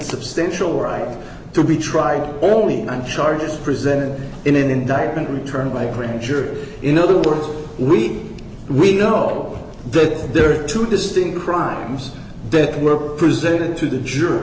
substantial right to be tried only one charge is presented in an indictment returned by grand jury in other words we we know that there are two distinct crimes that were presented to the juror